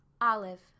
Olive